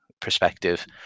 perspective